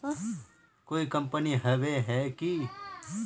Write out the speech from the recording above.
कोई कंपनी होबे है की?